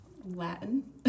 Latin